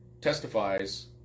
testifies